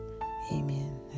Amen